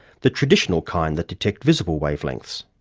the traditional kind that detect visible wavelengths.